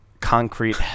concrete